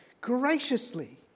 graciously